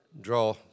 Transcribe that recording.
draw